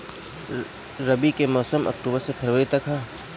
रबी के मौसम अक्टूबर से फ़रवरी तक ह